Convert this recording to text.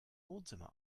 wohnzimmer